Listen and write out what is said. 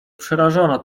przerażona